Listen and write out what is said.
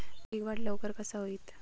पीक वाढ लवकर कसा होईत?